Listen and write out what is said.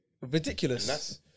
ridiculous